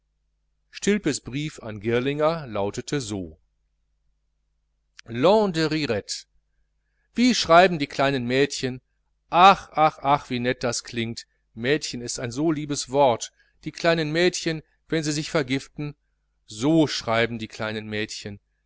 stilpes brief an girlinger lautete so landerirette wie schreiben die kleinen mädchen ach ach ach wie nett das klingt mädchen ist ein liebes wort die kleinen mädchen wenn sie sich vergiften so schreiben die kleinen mädchen